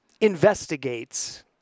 investigates